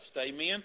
amen